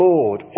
Lord